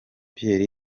pierre